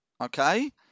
okay